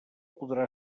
podrà